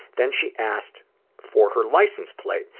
then she asked for her license plate,